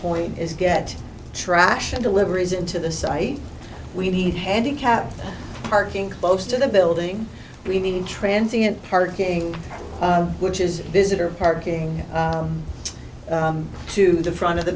point is get traction deliveries into the site we need handicapped parking close to the building we need intransient parking which is visitor parking to the front of the